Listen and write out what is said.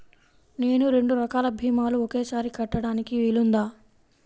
నేను రెండు రకాల భీమాలు ఒకేసారి కట్టడానికి వీలుందా?